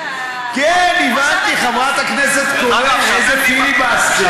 אתה לא רוצה שנעבוד?